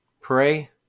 pray